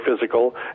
physical